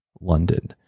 London